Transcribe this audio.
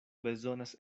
bezonas